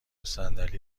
صندلی